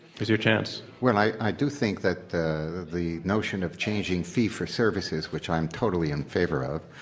here's your chance. well, and i i do think that the the notion of changing fee for services, which i am totally in favor of,